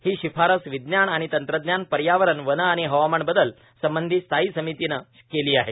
ही शिफारस विज्ञान आणि तंत्रज्ञान पर्यावरण वन आणि हवामान बदल संबंधी स्थायी समितीनं ही शिफारस केली आहे